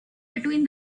between